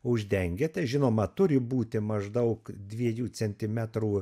uždengiate žinoma turi būti maždaug dviejų centimetrų